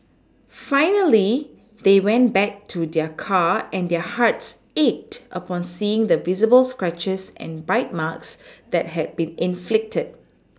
finally they went back to their car and their hearts ached upon seeing the visible scratches and bite marks that had been inflicted